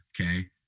okay